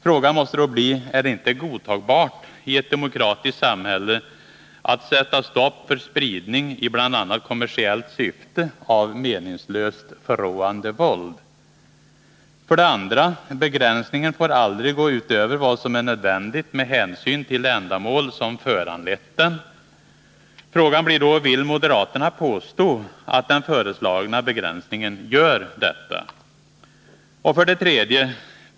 Frågan måste då bli: Är det inte godtagbart i ett demokratiskt samhälle att sätta stopp för spridning i bl.a. kommersiellt syfte av meningslöst förråande våld? 2. ”Begränsningen får aldrig gå utöver vad som är nödvändigt med hänsyn till det ändamål som föranlett den ———.” Frågan blir då: Vill moderaterna påstå att den föreslagna begränsningen gör detta? 3.